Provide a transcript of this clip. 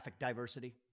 diversity